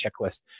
checklist